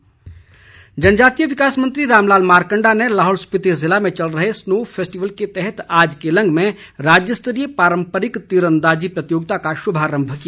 मारकंडा जनजातीय विकास मंत्री रामलाल मारकंडा ने लाहौल स्पीति जिले में चल रहे स्नो फैस्टीवल के तहत आज केलंग में राज्यस्तरीय पारंम्परिक तीरअंदाजी प्रतियोगिता का शुभारंभ किया